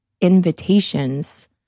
invitations